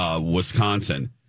Wisconsin